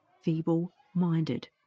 feeble-minded